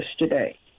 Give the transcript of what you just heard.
today